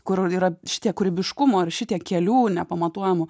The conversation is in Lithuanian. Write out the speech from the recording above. kur yra šitiek kūrybiškumo ir šitiek kelių nepamatuojamų